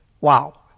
Wow